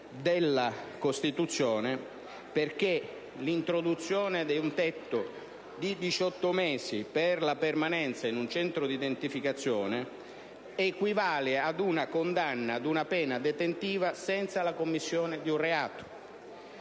della Costituzione, perché l'introduzione di un tetto di diciotto mesi per la permanenza in un Centro di identificazione equivale a una condanna ad una pena detentiva senza la commissione di un reato.